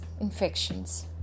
infections